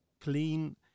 clean